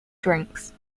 drinks